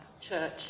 church